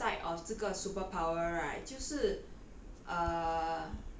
and then the other side of 这个 superpower right 就是